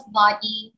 body